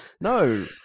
No